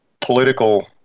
political